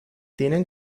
tienen